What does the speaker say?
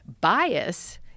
bias